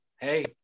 Hey